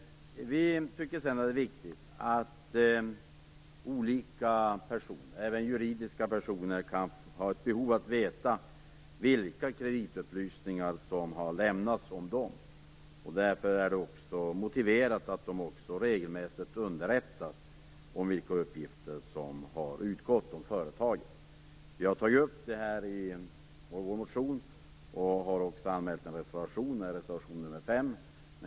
Olika personer, även juridiska personer, kan ha behov av att veta vilka kreditupplysningar som har lämnats om dem. Därför är det motiverat att de regelmässigt underrättas om vilka uppgifter som har utgått om företaget. Vi har tagit upp det i vår motion och har också anmält en reservation, nr 5.